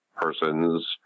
persons